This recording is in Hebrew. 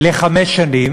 לחמש שנים